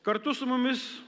kartu su mumis